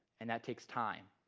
and that takes time.